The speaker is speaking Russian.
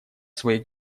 своих